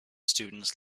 students